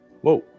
Whoa